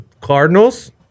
Cardinals